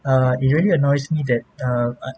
uh it really annoys me that uh I